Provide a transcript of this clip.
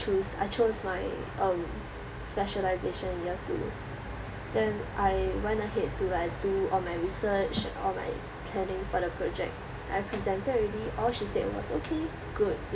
choose I chose my um specialisation in year two then I went ahead to like do all my research all my planning for the project I presented already all she said was okay good